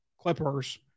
Clippers